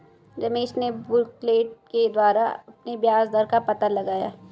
रमेश ने बुकलेट के द्वारा अपने ब्याज दर का पता लगाया